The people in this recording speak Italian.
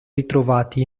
ritrovati